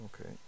Okay